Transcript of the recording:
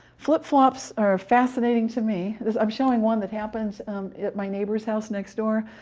flip-flops are fascinating to me, as i'm showing one that happens at my neighbor's house next door.